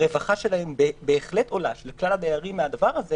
הרווחה של כלל הדיירים מהדבר הזה